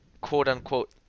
quote-unquote